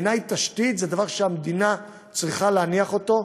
בעיני, תשתית זה דבר שהמדינה צריכה להניח אותו,